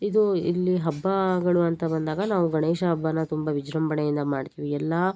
ಇದು ಇಲ್ಲಿ ಹಬ್ಬಗಳು ಅಂತ ಬಂದಾಗ ನಾವು ಗಣೇಶ ಹಬ್ಬನ ತುಂಬ ವಿಜೃಂಭಣೆಯಿಂದ ಮಾಡ್ತಿವಿ ಎಲ್ಲಾ